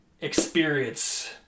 experience